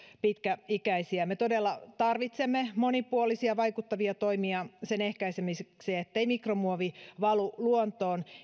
pitkäikäisiä me todella tarvitsemme monipuolisia vaikuttavia toimia sen ehkäisemiseksi että mikromuovi valuu luontoon